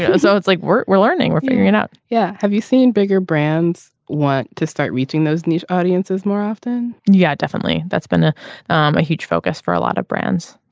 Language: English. yeah so it's like we're we're learning we're figuring it out yeah. have you seen bigger brands want to start reaching those niche audiences more often and yeah definitely. that's been ah um a huge focus for a lot of brands.